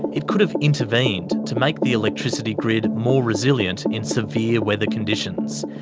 it could have intervened to make the electricity grid more resilient in severe weather conditions.